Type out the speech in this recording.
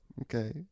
Okay